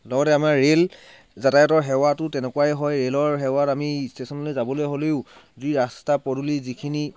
লগতে আমাৰ ৰে'ল যাতায়াতৰ সেৱাটো তেনেকুৱাই হয় ৰে'লৰ সেৱাত আমি ষ্টেচনলৈ যাবলৈ হ'লেও যি ৰাস্তা পদূলি যিখিনি